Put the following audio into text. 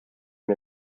own